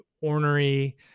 ornery